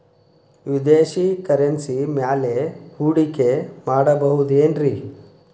ವಿದೇಶಿ ಕರೆನ್ಸಿ ಮ್ಯಾಲೆ ಹೂಡಿಕೆ ಮಾಡಬಹುದೇನ್ರಿ?